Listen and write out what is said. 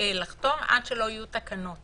לחתום עד שלא יהיו תקנות.